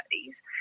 studies